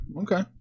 Okay